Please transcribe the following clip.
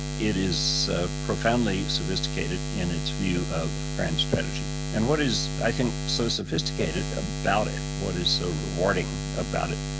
it is ah profoundly sophisticated in its view of brand strategy and what is i think so sophisticated about it, what is so rewarding about it,